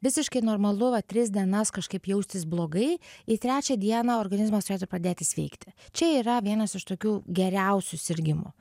visiškai normalu va tris dienas kažkaip jaustis blogai į trečią dieną organizmas turėtų pradėti sveikti čia yra vienas iš tokių geriausių sirgimų